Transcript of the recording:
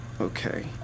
Okay